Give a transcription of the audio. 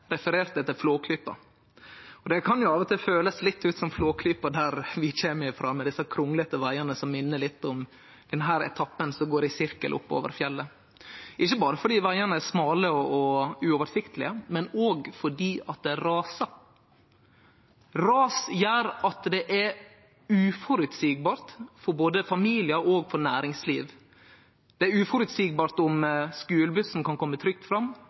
Flåklypa. Det kan av og til kjennest litt som Flåklypa der vi kjem frå, med desse krunglete vegane som minner litt om den etappen som går i sirkel oppover fjellet, ikkje berre fordi vegane er smale og uoversiktlege, men òg fordi det rasar. Ras gjer at det er uføreseieleg for både familiar og næringsliv. Det er uføreseieleg om skulebussen kan kome trygt fram,